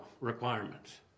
requirements